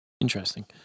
Interesting